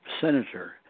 senator